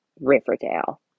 Riverdale